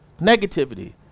Negativity